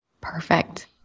Perfect